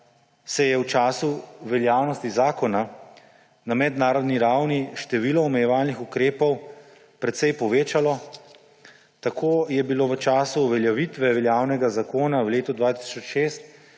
se je v času veljavnosti zakona na mednarodni ravni število omejevalnih ukrepov precej povečalo, tako je bilo v času uveljavitve veljavnega zakona v letu 2006